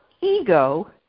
ego